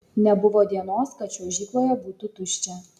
nebuvo dienos kad čiuožykloje būtų tuščia